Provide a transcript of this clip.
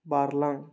बारलां